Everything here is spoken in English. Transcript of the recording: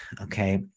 okay